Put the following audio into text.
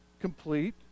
complete